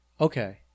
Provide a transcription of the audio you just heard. Okay